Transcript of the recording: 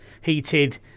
heated